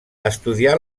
estudià